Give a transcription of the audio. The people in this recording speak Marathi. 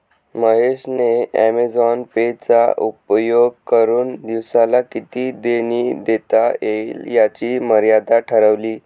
महेश ने ॲमेझॉन पे चा उपयोग करुन दिवसाला किती देणी देता येईल याची मर्यादा ठरवली